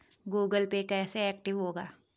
Google Pay कैसे active होगा?